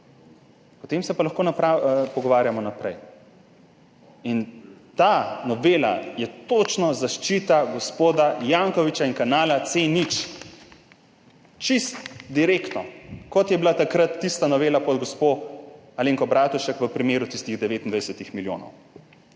Potem se pa lahko pogovarjamo naprej. Ta novela je točno zaščita gospoda Jankovića in kanala C0! Čisto direktno, kot je bila takrat tista novela pod gospo Alenko Bratušek v primeru tistih 29 milijonov.